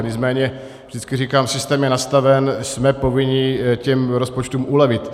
Nicméně vždycky říkám, systém je nastaven, jsme povinni těm rozpočtům ulevit.